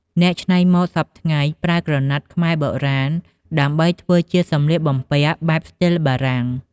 អ្នកច្នៃម៉ូតសព្វថ្ងៃប្រើក្រណាត់ខ្មែរបុរាណ ដើម្បីធ្វើជាសំលៀកបំពាក់បែបស្ទីលបារាំង។